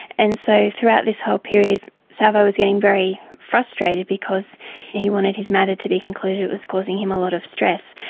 and so throughout this whole period salvo was getting very frustrated because he wanted his matter to be concluded, it was causing him a lot of stress.